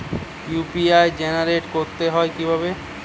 UPI generate করতে হয় কিভাবে?